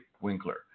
Winkler